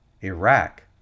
Iraq